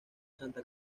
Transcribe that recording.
santa